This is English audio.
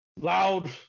loud